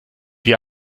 wie